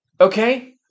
okay